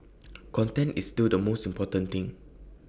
content is still the most important thing